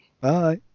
Bye